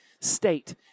state